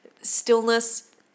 stillness